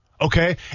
okay